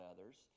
others